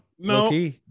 No